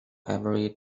every